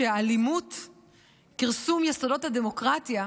שהאלימות היא כרסום יסודות הדמוקרטיה,